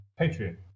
patreon